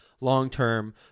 long-term